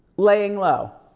laying low.